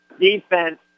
Defense